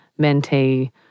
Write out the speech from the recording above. mentee